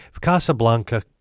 Casablanca